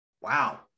wow